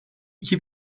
iki